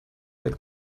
del